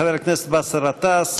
חבר הכנסת באסל גטאס.